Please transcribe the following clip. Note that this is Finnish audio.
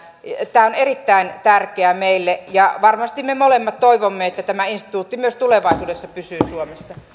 tämä on erittäin tärkeää meille ja varmasti me molemmat toivomme että tämä instituutti myös tulevaisuudessa pysyy suomessa